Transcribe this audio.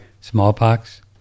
smallpox